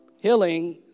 Healing